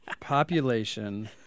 Population